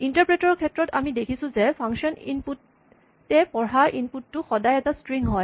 interpreter ৰ ক্ষেত্ৰত আমি দেখিছোঁ যে ফাংচন ইনপুট এ পঢ়া ইনপুট টো সদায় এটা স্ট্ৰিং হয়